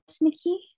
Nikki